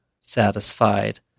satisfied